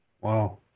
Wow